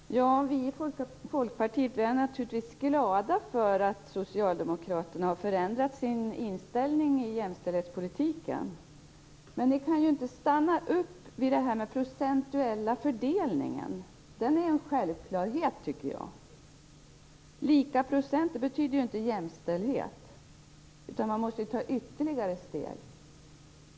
Herr talman! Vi i Folkpartiet är naturligtvis glada för att Socialdemokraterna har förändrat sin inställning i jämställdhetspolitiken. Men ni kan ju inte stanna upp vid detta med den procentuella fördelningen. Den är en självklarhet, tycker jag. Lika procent betyder ju inte jämställdhet, utan man måste ta ytterligare steg.